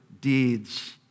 deeds